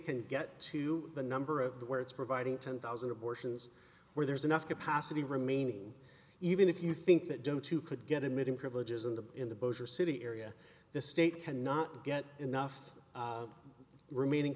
can get to the number of the where it's providing ten thousand abortions where there's enough capacity remaining even if you think that due to could get admitting privileges in the in the bowser city area the state cannot get enough remaining